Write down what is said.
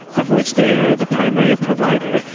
of which they are the primary provider.